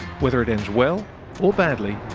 whether it ends well or badly,